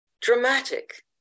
dramatic